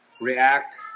react